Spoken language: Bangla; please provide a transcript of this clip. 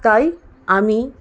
তাই আমি